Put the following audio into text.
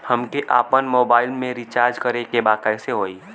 हमके आपन मोबाइल मे रिचार्ज करे के बा कैसे होई?